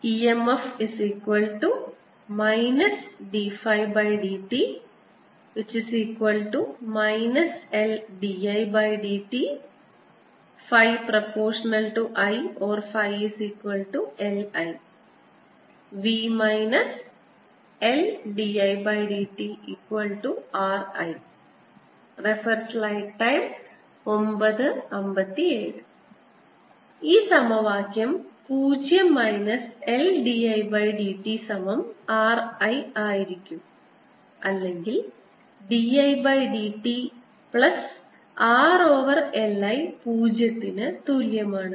EMF dϕdt LdIdt ϕ∝I or ϕLI V LdIdtRI ഈ സമവാക്യം പൂജ്യം minus L d I by d t സമം R I ആയിരിക്കും അല്ലെങ്കിൽ d Id t r over L I പൂജ്യത്തിന് തുല്യമാണ്